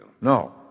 No